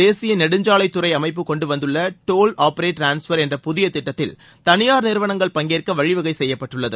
தேசிய நெடுஞ்சாலைத்துறை அமைப்புகொண்டு வந்துள்ள டோல் ஆப்ரேட் டிரான்ஸ்பர் என்ற புதிய திட்டத்தில் தனியார் நிறுவனங்கள் பங்கேற்க வழிவகை செய்யப்பட்டுள்ளது